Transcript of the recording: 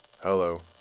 Hello